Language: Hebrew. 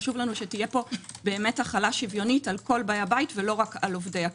חשוב לנו שתהיה החלה שוויונית על כל עובדי הבית ולא רק על עובדי הכנסת.